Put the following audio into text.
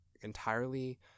entirely